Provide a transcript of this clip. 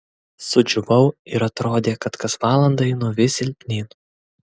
sudžiūvau ir atrodė kad kas valandą einu vis silpnyn